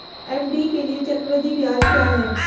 FD के लिए चक्रवृद्धि ब्याज क्या है?